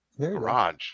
garage